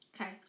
Okay